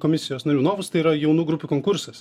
komisijos narių novus tai yra jaunų grupių konkursas